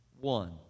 One